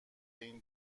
این